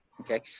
okay